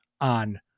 on